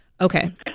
Okay